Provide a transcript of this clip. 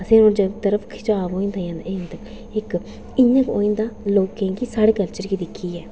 असें ईं उस तरफ खिचाव होई दा जंदा इक इं'या होई जंदा लोकें गी साढ़ा कल्चर दिक्खियै